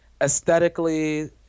aesthetically